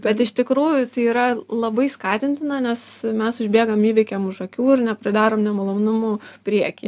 bet iš tikrųjų tai yra labai skatintina nes mes užbėgam įvykiam už akių ir nepridarom nemalonumų prieky